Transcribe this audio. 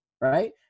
Right